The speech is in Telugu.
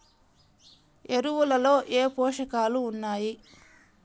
ఎరువులలో ఏ పోషకాలు ఉన్నాయి?